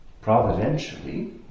providentially